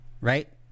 right